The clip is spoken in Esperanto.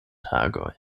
tagoj